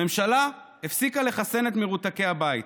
הממשלה הפסיקה לחסן את מרותקי הבית.